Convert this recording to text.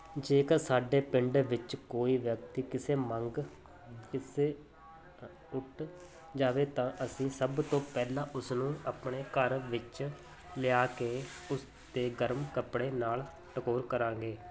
ਜੇਕਰ ਸਾਡੇ ਪਿੰਡ ਵਿੱਚ ਕੋਈ ਵਿਅਕਤੀ ਕਿਸੇ ਮੰਗ ਕਿਸੇ ਜਾਵੇ ਤਾਂ ਅਸੀਂ ਸਭ ਤੋਂ ਪਹਿਲਾਂ ਉਸ ਨੂੰ ਆਪਣੇ ਘਰ ਵਿੱਚ ਲਿਆ ਕੇ ਉਸ 'ਤੇ ਗਰਮ ਕੱਪੜੇ ਨਾਲ ਟਕੋਰ ਕਰਾਂਗੇ